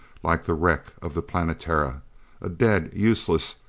like the wreck of the planetara a dead, useless,